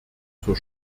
zur